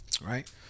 Right